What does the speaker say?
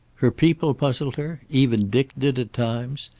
her people puzzled her. even dick did, at times.